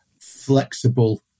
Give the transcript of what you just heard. flexible